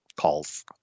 calls